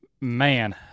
man